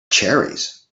cherries